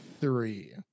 three